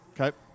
Okay